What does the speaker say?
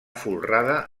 folrada